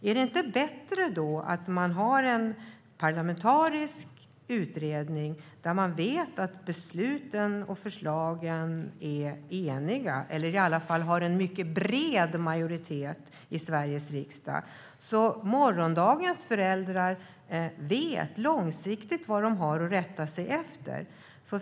Är det inte bättre att ha en parlamentarisk utredning där man vet att förslagen och besluten är gemensamma eller i alla fall att en mycket bred majoritet i Sveriges riksdag står bakom dem? På så sätt vet morgondagens föräldrar vad de långsiktigt har att rätta sig efter.